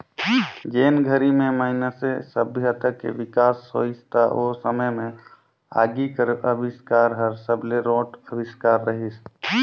जेन घरी में मइनसे सभ्यता के बिकास होइस त ओ समे में आगी कर अबिस्कार हर सबले रोंट अविस्कार रहीस